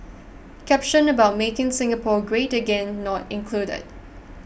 caption about making Singapore great again not included